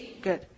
Good